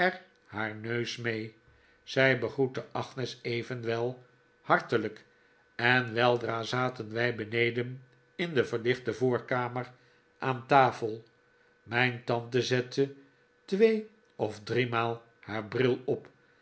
haar neus mee zij begroette agnes evenwel hartelijk en weldra zaten wij beneden in de verlichte voorkamer aan tafel mijn tante zette twee of driemaal haar bril op